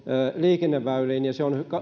liikenneväyliin ja se on